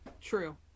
true